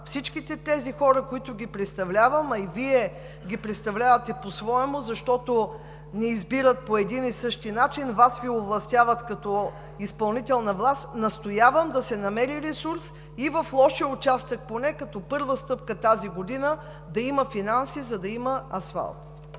всичките тези хора, които ги представлявам, а и Вие ги представлявате посвоему, защото ни избират по един и същи начин – Вас Ви овластяват като изпълнителна власт, настоявам да се намери ресурс и в лошия участък, поне като първа стъпка тази година, да има финанси, за да има асфалт.